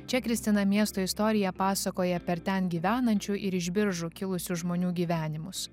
čia kristina miesto istoriją pasakoja per ten gyvenančių ir iš biržų kilusių žmonių gyvenimus